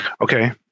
Okay